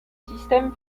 système